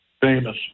famous